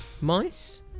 Mice